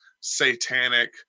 satanic